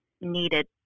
needed